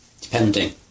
depending